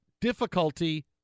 difficulty